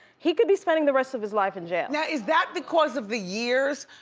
he could be spending the rest of his life in jail. now is that because of the years,